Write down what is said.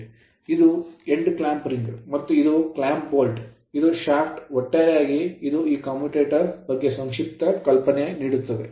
ಇದು end clamp ring clamp ring ಮತ್ತು ಇದು clamp bolt ಕ್ಲಾಂಪ್ ಬೋಲ್ಟ್ ಇದು shaft ಶಾಫ್ಟ್ ಒಟ್ಟಾರೆಯಾಗಿ ಇದು ಈ commutator ಕಮ್ಯೂಟೇಟರ್ ಬಗ್ಗೆ ಸಂಕ್ಷಿಪ್ತ ಕಲ್ಪನೆಯನ್ನು ನೀಡುತ್ತದೆ